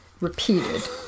repeated